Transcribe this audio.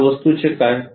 या वस्तूचे काय